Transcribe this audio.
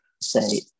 say